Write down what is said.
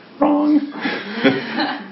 Wrong